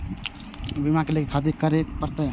बीमा लेके खातिर की करें परतें?